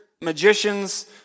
magicians